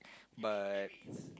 but